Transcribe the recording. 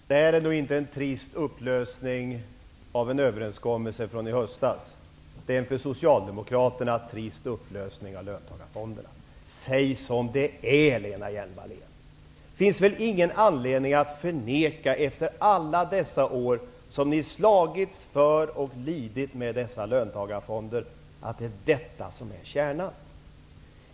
Fru talman! Detta är inte en trist upplösning av en överenskommelse från i höstas. Det är en för Socialdemokraterna trist upplösning av löntagarfonderna. Säg som det är, Lena Hjelm Wallén! Det finns väl ingen anledning att, efter alla dessa år som ni har slagits för och lidit med dessa löntagarfonder, förneka att det är detta som är kärnan.